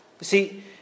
see